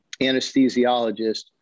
anesthesiologist